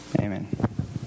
Amen